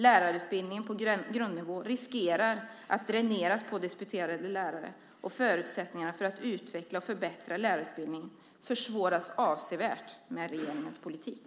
Lärarutbildningen på grundnivå riskerar att dräneras på disputerade lärare. Förutsättningarna för att utveckla och förbättra lärarutbildningen försvåras avsevärt med regeringens politik.